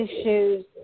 issues